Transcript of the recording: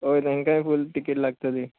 ओय तेंकाय full rate लागतली